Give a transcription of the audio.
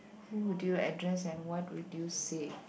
who would you address and what would you say